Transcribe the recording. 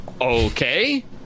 okay